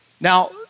Now